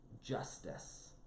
Justice